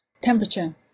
temperature